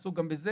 נעשתה גם בזה.